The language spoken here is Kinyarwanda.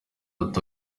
ati